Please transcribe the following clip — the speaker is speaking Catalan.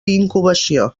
incubació